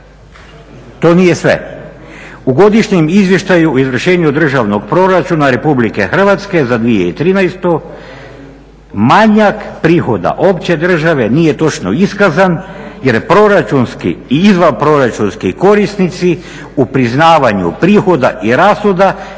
To nije sve. U Godišnjem izvještaju o izvršenju državnog proračuna RH za 2013.manajak prihoda opće države nije točno iskazan jer proračunski i izvanproračunski korisnici u priznavanju prihoda i rashoda